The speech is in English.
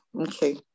Okay